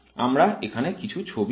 আমার এখানে কিছু ছবি আছে